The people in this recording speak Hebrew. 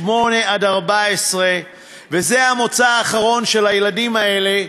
שמונה עד 14. זה המוצא האחרון של הילדים האלה,